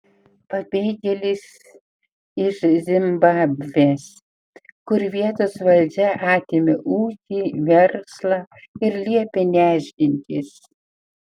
pabėgėlis iš zimbabvės kur vietos valdžia atėmė ūkį verslą ir liepė nešdintis